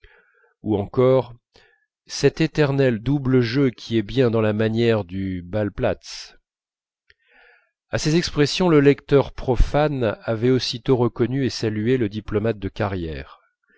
ou encore cet éternel double jeu qui est bien dans la manière du ballplatz à ces expressions le lecteur profane avait aussitôt reconnu et salué le diplomate de carrière